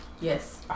Yes